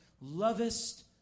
lovest